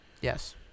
Yes